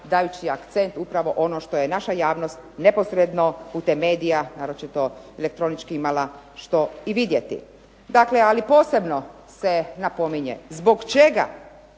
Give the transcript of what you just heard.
dajući akcent upravo onome što je naša javnost neposredno putem medija, naročito elektroničkih imala što i vidjeti. Dakle, ali posebno se napominje zbog čega